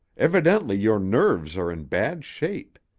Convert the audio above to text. evidently your nerves are in bad shape.